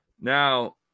Now